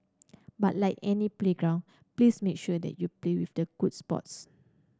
but like any playground please make sure that you play with the good sports